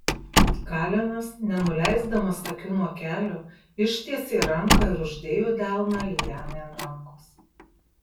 kalenas nenuleisdamas akių nuo kelio ištiesė ranką ir uždėjo delną lianai ant rankos